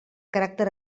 caràcter